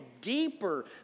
deeper